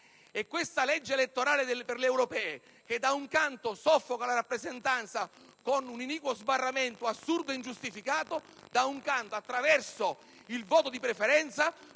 E questa legge elettorale per le europee, se da un canto soffoca la rappresentanza con un iniquo sbarramento, assurdo ed ingiustificato, dall'altro, attraverso il voto di preferenza,